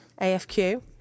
AFQ